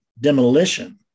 demolition